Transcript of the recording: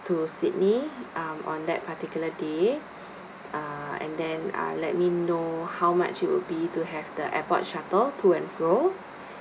to sydney um on that particular day uh and then uh let me know how much it will be to have the airport shuttle to and fro